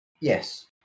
Yes